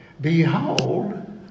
Behold